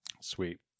Sweet